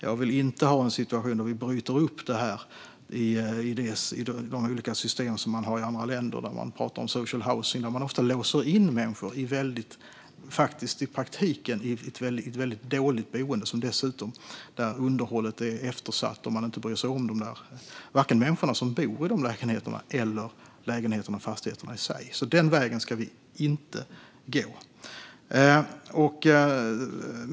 Jag vill inte ha en situation där vi bryter upp detta och får de olika system som finns i andra länder, där man pratar om social housing och där man ofta i praktiken låser in människor i ett väldigt dåligt boende där underhållet är eftersatt och där man inte bryr sig om vare sig människorna som bor i lägenheterna eller lägenheterna och fastigheterna i sig. Den vägen ska vi inte gå.